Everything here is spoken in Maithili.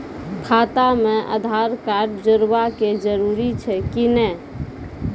खाता म आधार कार्ड जोड़वा के जरूरी छै कि नैय?